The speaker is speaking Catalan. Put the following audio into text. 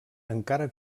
encara